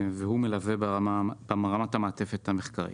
הוא מלווה ברמת המעטפת המחקרית.